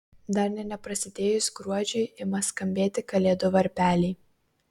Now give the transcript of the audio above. dar nė neprasidėjus gruodžiui ima skambėti kalėdų varpeliai